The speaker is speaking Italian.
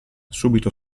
subito